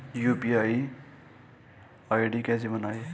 UPI ID कैसे बनाएं?